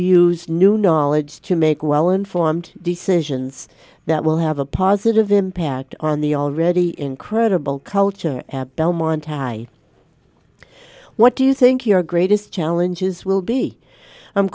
use new knowledge to make well informed decisions that will have a positive impact on the already incredible culture at belmont what do you think your greatest challenges will be